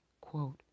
Quote